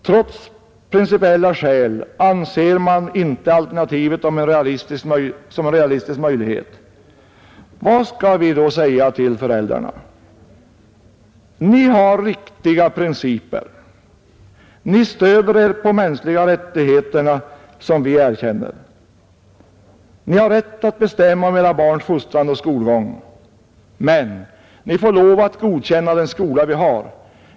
Trots principiella skäl anser man inte alternativet som en realistisk möjlighet. Vad skall vi då säga till föräldrarna? Ni har riktiga principer. Ni stöder er på de mänskliga rättigheterna, som vi erkänner. Ni har rätt att bestämma om era barns fostran och skolgång, men ni får lov att godkänna den skola vi har.